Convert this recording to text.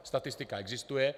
Statistika existuje.